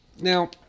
Now